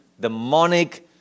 demonic